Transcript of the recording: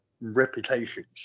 reputations